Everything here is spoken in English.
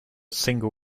single